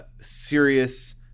serious